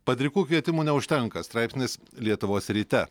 padrikų kvietimų neužtenka straipsnis lietuvos ryte